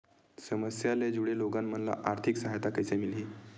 समस्या ले जुड़े लोगन मन ल आर्थिक सहायता कइसे मिलही?